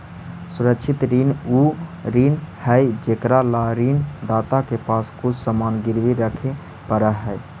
सुरक्षित ऋण उ ऋण हइ जेकरा ला ऋण दाता के पास कुछ सामान गिरवी रखे पड़ऽ हइ